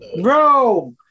Bro